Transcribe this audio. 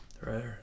right